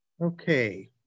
Okay